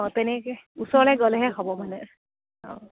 অঁ তেনেকৈ ওচৰলৈ গ'লেহে হ'ব মানে অঁ